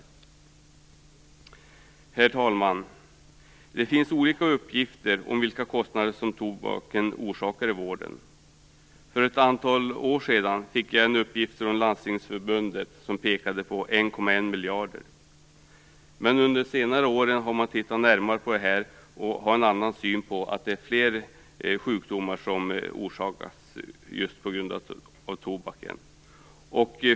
Herr talman! Det finns olika uppgifter om vilka kostnader som tobaken orsakar inom vården. För ett antal år sedan fick jag en uppgift från Landstingsförbundet som pekade på 1,1 miljard. Men under senare år har man tittat närmare på detta och fått en annan syn på det. Det är fler sjukdomar som orsakas av tobaken.